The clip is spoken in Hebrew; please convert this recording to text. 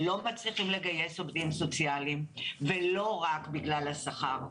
לא מצליחים לגייס עובדים סוציאליים ולא רק בגלל השכר,